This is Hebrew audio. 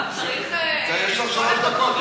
יש לך שלוש דקות.